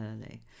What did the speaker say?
early